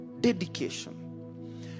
Dedication